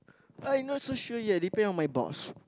I'm not so sure yet depend on my boss